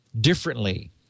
differently